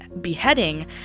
beheading